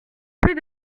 plus